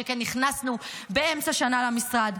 שכן נכנסנו באמצע שנה למשרד,